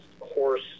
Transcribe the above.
horse